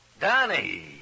Danny